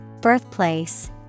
Birthplace